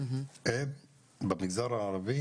במגזר הערבי,